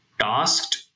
tasked